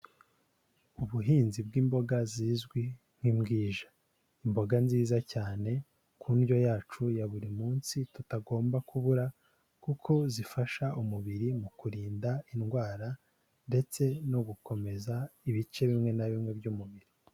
Ubuhinzi bw'imboga zizwi nk'imbwija, imboga nziza cyane ku ndyo yacu ya buri munsi tutagomba kubura kuko zifasha umubiri mu kurinda indwara ndetse no gukomeza ibice bimwe na bimwe by'umubiri.